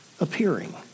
appearing